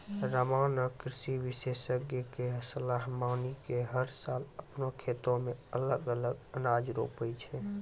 रामा नॅ कृषि विशेषज्ञ के सलाह मानी कॅ हर साल आपनों खेतो मॅ अलग अलग अनाज रोपै छै